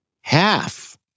half